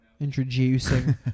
Introducing